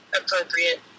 appropriate